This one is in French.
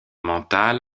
mentale